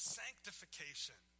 sanctification